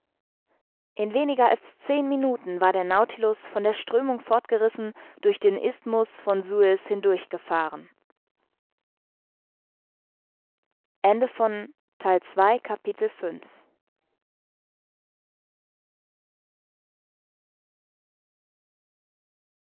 in weniger als zehn minuten war der nautilus von der strömung fortgerissen durch den isthmus von suez hindurch